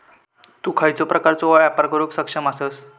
तु खयच्या प्रकारचो व्यापार करुक सक्षम आसस?